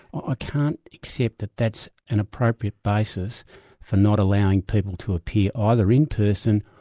ah i can't accept that that's an appropriate basis for not allowing people to appear ah either in person,